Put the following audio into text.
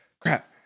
crap